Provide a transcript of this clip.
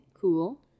Cool